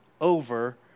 over